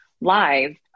live